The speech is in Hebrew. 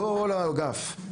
כל האגף,